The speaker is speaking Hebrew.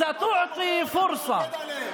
לוועדת הכספים נתקבלה.